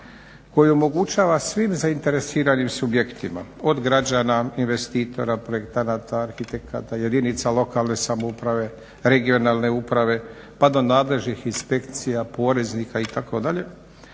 koji omogućava svim zainteresiranim subjektima od građana, investitora, projektanata, arhitekata, jedinica lokalne samouprave, regionalne uprave, pa do nadležnih inspekcija, poreznika itd.,